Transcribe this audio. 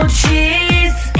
cheese